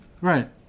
Right